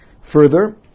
Further